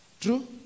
True